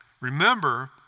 remember